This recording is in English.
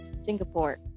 Singapore